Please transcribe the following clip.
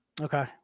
Okay